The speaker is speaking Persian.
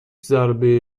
ضربه